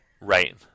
Right